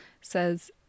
says